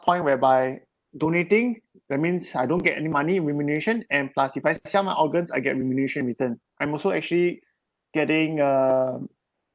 point whereby donating that means I don't get any money remuneration and plus if I sell my organs I get remuneration return I'm also actually getting um